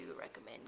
recommend